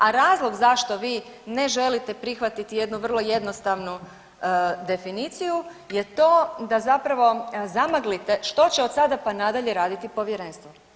A razlog zašto vi ne želite prihvatiti jednu vrlo jednostavnu definiciju je to da zapravo zamaglite što će od sada pa nadalje raditi Povjerenstvo.